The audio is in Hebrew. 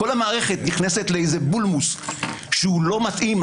כל המערכת נכנסת לבולמוס שהוא לא מתאים.